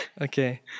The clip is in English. Okay